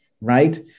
right